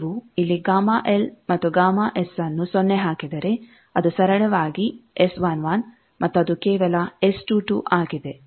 ನೀವು ಇಲ್ಲಿ Γ L ಮತ್ತು Γs ನ್ನು ಸೊನ್ನೆ ಹಾಕಿದರೆ ಅದು ಸರಳವಾಗಿ S11 ಮತ್ತು ಅದು ಕೇವಲ S22 ಆಗಿದೆ